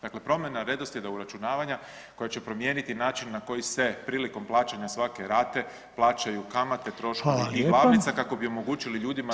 Dakle promjena redoslijeda uračunavanja koja će promijeniti način na koji se prilikom plaćanja svake rate plaćaju kamate, troškovi i glavnica [[Upadica: Hvala lijepa.]] kako bi omogućili ljudima da